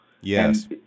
yes